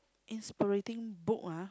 inspiriting book ah